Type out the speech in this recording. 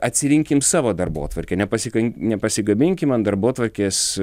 atsirinkim savo darbotvarkę nepasikan nepasikabinkim ant darbotvarkės